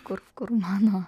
kur kur mano